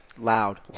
Loud